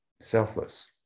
selfless